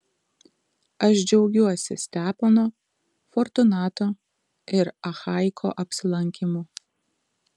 aš džiaugiuosi stepono fortunato ir achaiko apsilankymu